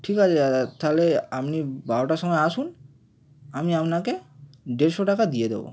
ঠিক আছে দাদা তাহলে আপনি বারোটার সময় আসুন আমি আপনাকে দেড়শো টাকা দিয়ে দেব